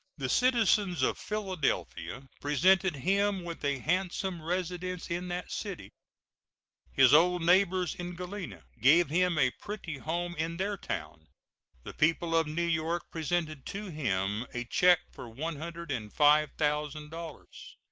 the citizens of philadelphia presented him with a handsome residence in that city his old neighbors in galena gave him a pretty home in their town the people of new york presented to him a check for one hundred and five thousand dollars.